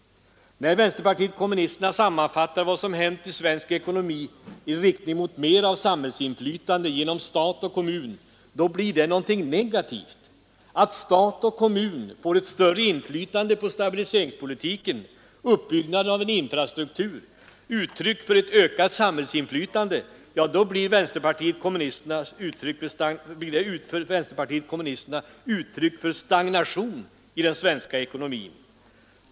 När vänsterpartiet kommunisterna sammanfattar vad som hänt i svensk ekonomi i riktning mot mera samhällsinflytande genom stat och kommun, då blir det något negativt; att stat och kommun får ett större inflytande på stabiliseringspolitiken och uppbyggnaden av en infrastruktur med ett ökat samhällsinflytande, detta blir för vpk uttryck för stagnation i den svenska ekonomin.